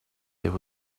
there